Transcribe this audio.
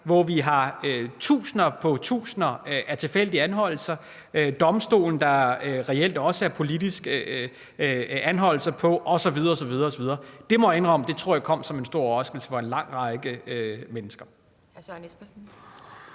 nu i dag har kunnet se tusinder af tilfældige anholdelser og domstole, der reelt også er politiske, i forhold til anholdelser, osv. osv. Det må jeg indrømme jeg tror er kommet som en stor overraskelse for en lang række mennesker.